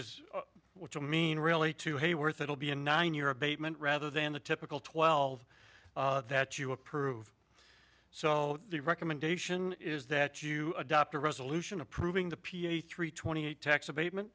is which will mean really two heyworth it will be a nine year abatement rather than the typical twelve that you approve so the recommendation is that you adopt a resolution approving the p a three twenty eight tax abatement